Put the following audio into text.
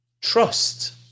trust